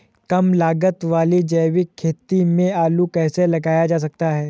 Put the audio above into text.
कम लागत वाली जैविक खेती में आलू कैसे लगाया जा सकता है?